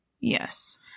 Yes